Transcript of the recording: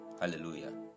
hallelujah